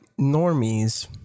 Normies